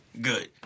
Good